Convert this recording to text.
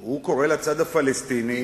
הוא קורא לצד הפלסטיני,